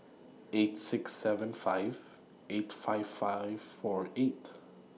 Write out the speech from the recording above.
eight six seven five eight five five four eight